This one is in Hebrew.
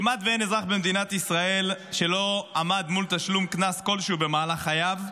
כמעט אין אזרח במדינת ישראל שלא עמד מול תשלום קנס כלשהו במהלך חייו,